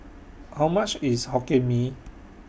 How much IS Hokkien Mee